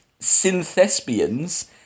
synthespians